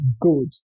good